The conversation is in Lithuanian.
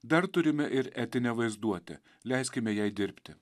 dar turime ir etinę vaizduotę leiskime jai dirbti